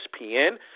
ESPN